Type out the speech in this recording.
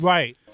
Right